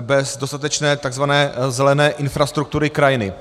bez dostatečné takzvané zelené infrastruktury krajiny.